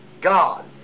God